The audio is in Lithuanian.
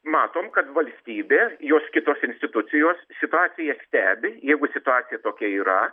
matom kad valstybė jos kitos institucijos situaciją stebi jeigu situacija tokia yra